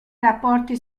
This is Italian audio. rapporti